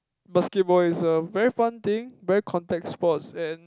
basketball is a very fun thing very contact sports and